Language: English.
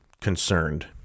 concerned